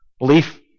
Leaf